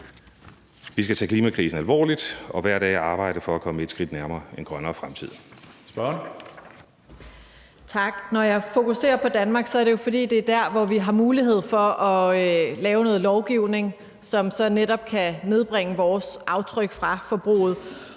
Vi skal tage klimakrisen alvorligt og hver dag arbejde for at komme et skridt nærmere en grønnere fremtid.